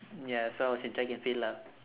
ya so I was in track and field lah